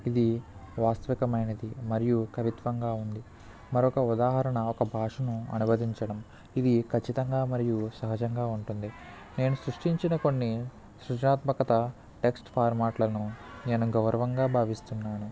ఇది వాస్తవికమైనది మరియు కవిత్వంగా ఉంది మరొక ఉదాహరణ ఒక భాషను అనువదించడం ఇది ఖచ్చితంగా మరియు సహజంగా ఉంటుంది నేను సృష్టించిన కొన్ని సృజనాత్మకత టెక్స్ట్ ఫార్మాట్లను నేను గౌరవంగా భావిస్తున్నాను